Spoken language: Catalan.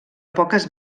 poques